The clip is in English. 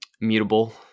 mutable